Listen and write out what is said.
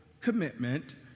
commitment